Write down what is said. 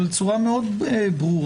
אבל בצורה מאוד ברורה.